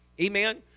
Amen